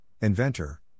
Inventor